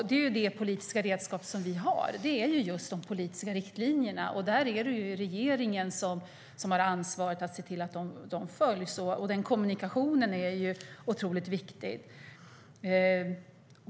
Det är ju det politiska redskap vi har, de politiska riktlinjerna, och där är det regeringen som har ansvaret att se till att de följs. Den kommunikationen är viktig.